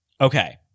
Okay